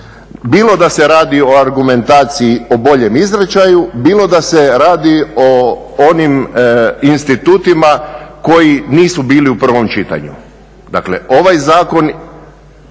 Bilo da se radi o argumentaciji o boljem izričaju, bilo da se radi o onim institutima koji nisu bili u prvom čitanju. Dakle, u ovaj zakon